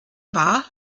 war